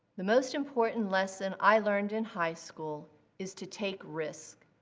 the most important lesson i learned in high school is to take risks!